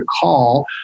call